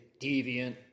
deviant